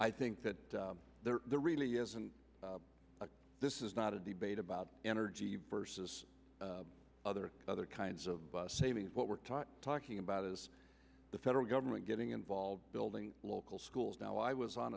i think that there really isn't this is not a debate about energy versus other other kinds of savings what we're talking about is the federal government getting involved building local schools now i was on